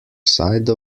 side